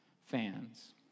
fans